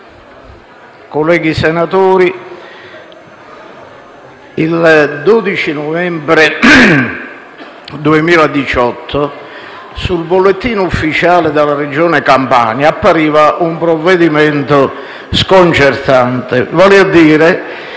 colleghi senatori, il 12 novembre 2018 sul Bollettino ufficiale della Regione Campania appariva un provvedimento sconcertante: la chiusura